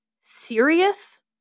serious